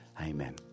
Amen